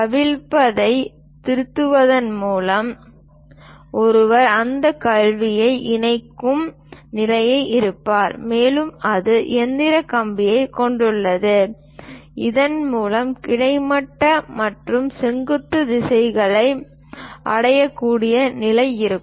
அவிழ்ப்பதைத் திருத்துவதன் மூலம் ஒருவர் அந்த கவ்வியை இணைக்கும் நிலையில் இருப்பார் மேலும் அது இயந்திரக் கம்பிகளைக் கொண்டுள்ளது இதன் மூலம் கிடைமட்ட மற்றும் செங்குத்து திசைகளை அடையக்கூடிய நிலையில் இருக்கும்